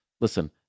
Listen